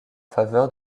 faveur